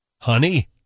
Honey